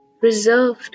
reserved